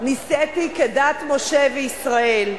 נישאתי כדת משה וישראל.